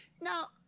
Now